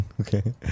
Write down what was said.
Okay